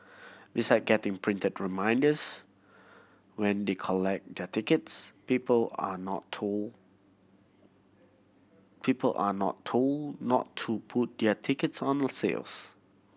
besides getting printed reminders when they collect their tickets people are told people are not told not to put their tickets on the sales